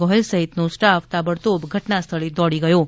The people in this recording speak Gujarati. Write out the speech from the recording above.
ગોહિલ સહિતનો સ્ટાફ તાબડતોબ ઘટના સ્થળે દોડી ગયો હતો